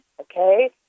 okay